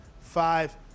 five